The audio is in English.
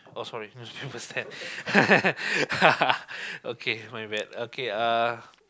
oh sorry newspaper stand okay my bad okay uh